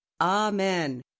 Amen